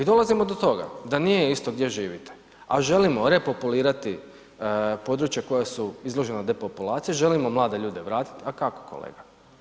I dolazimo do toga da nije gdje živite a želimo repopulirati područja koja su izložena depopulacijom, želimo mlade ljude vratiti a kako, kolega?